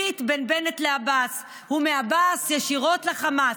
ביט, בין בנט לעבאס, ומעבאס, ישירות לחמאס.